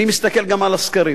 אני מסתכל גם על הסקרים,